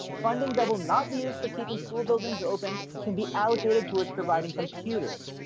funding that will not be used for keeping school buildings open can be allocated towards providing computers,